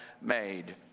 made